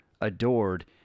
adored